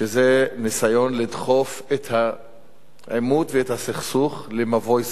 שזה ניסיון לדחוף את העימות ואת הסכסוך למבוי סתום.